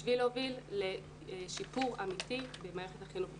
כדי להוביל לשיפור אמיתי במערכת החינוך בישראל.